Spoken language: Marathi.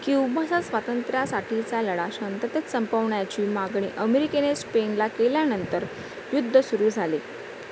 क्युबाचा स्वातंत्र्यासाठीचा लढा शांततेत संपवण्याची मागणी अमेरिकेने स्पेनला केल्यानंतर युद्ध सुरू झाले